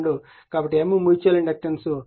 కాబట్టి M mutual inductance 0